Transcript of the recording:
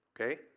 Okay